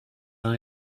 uns